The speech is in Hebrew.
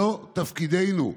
זה תפקידנו.